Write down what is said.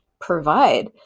provide